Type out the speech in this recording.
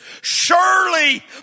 surely